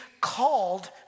called